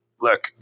look